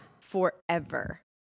forever